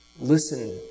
listen